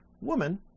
Woman